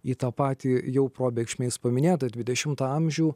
į tą patį jau probėgšmais paminėt tą dvidešimtą amžių